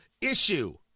issue